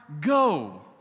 go